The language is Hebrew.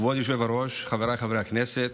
כבוד היושב-ראש, חבריי חברי הכנסת,